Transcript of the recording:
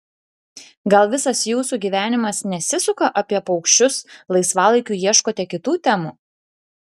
gal visas jūsų gyvenimas nesisuka apie paukščius laisvalaikiu ieškote kitų temų